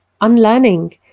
unlearning